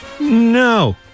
No